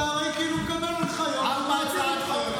אתה מקבל הנחיות ומעביר הנחיות.